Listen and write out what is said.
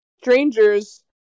strangers